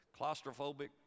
claustrophobic